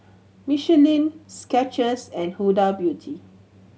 Michelin Skechers and Huda Beauty